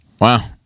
Wow